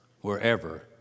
wherever